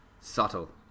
subtle